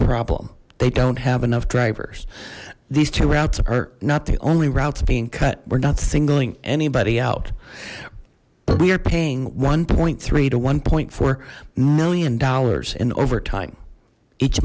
problem they don't have enough drivers these two routes are not the only routes being cut we're not singling anybody out but we are paying one point three to one point four million dollars in overtime each